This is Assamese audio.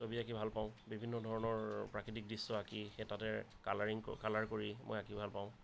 ছবি আঁকি ভালপাওঁ বিভিন্ন ধৰণৰ প্ৰাকৃতিক দৃশ্য আঁকি সেই তাতে কালাৰিং কালাৰ কৰি মই আঁকি ভাল পাঁও